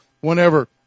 whenever